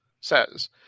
says